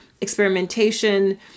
experimentation